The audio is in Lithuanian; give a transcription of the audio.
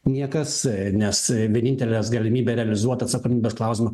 niekas nes vienintelės galimybė realizuot atsakomybės klausimą